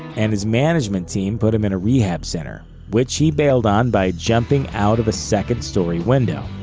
and his management team put him in a rehab center which he bailed on by jumping out of a second-story window.